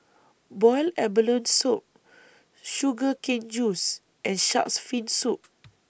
boiled abalone Soup Sugar Cane Juice and Shark's Fin Soup